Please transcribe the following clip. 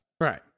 Right